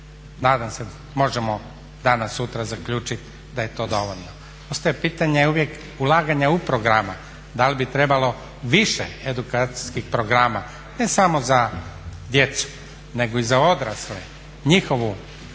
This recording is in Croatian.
nadam se možemo danas sutra zaključiti da je to dovoljno. Ostaje pitanje uvijek ulaganja u programe, da li bi trebalo više edukacijskih programa ne samo za djecu, nego i za odrasle, njihovu